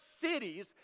cities